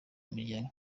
imiryango